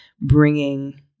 bringing